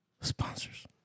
sponsors